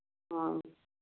हाँ